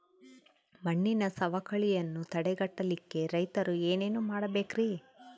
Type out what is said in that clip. ಮಣ್ಣಿನ ಸವಕಳಿಯನ್ನ ತಡೆಗಟ್ಟಲಿಕ್ಕೆ ರೈತರು ಏನೇನು ಮಾಡಬೇಕರಿ?